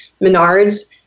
Menards